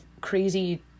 crazy